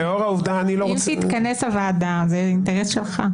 אם תתכנס הוועדה, זה אינטרס שלך.